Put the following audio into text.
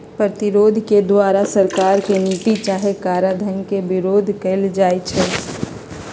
प्रतिरोध के द्वारा सरकार के नीति चाहे कराधान के विरोध कएल जाइ छइ